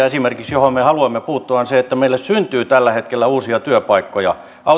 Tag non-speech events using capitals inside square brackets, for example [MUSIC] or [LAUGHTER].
[UNINTELLIGIBLE] esimerkiksi asia johon me haluamme puuttua on se että meille syntyy tällä hetkellä uusia työpaikkoja autoteollisuuteen